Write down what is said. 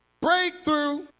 breakthrough